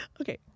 okay